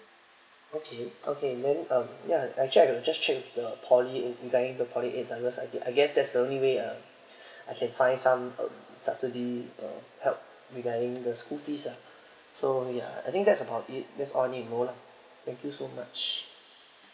okay okay then um ya actually I can just change the poly regarding the poly aids I guess that's the only way uh I can find some um subsidy uh help regarding the school fees ah so ya I think that's about it that's all I need to know thank you so much